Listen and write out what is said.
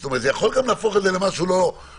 זאת אומרת, זה יכול גם להפוך את זה למשהו לא סביר.